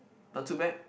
not too bad